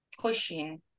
pushing